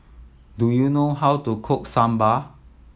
do you know how to cook Sambar